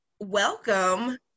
Welcome